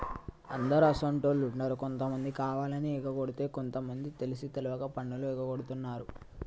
అందరు అసోంటోళ్ళు ఉండరు కొంతమంది కావాలని ఎగకొడితే కొంత మంది తెలిసి తెలవక పన్నులు ఎగగొడుతున్నారు